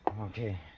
Okay